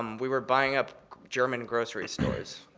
um we were buying up german grocery stores.